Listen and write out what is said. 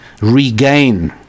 regain